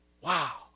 Wow